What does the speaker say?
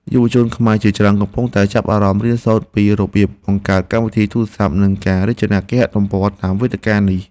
យុវជនខ្មែរជាច្រើនកំពុងតែចាប់អារម្មណ៍រៀនសូត្រពីរបៀបបង្កើតកម្មវិធីទូរស័ព្ទ និងការរចនាគេហទំព័រតាមរយៈវេទិកានេះ។